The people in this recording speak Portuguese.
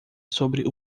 sobre